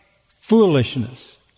foolishness